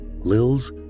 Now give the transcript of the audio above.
Lil's